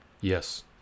Yes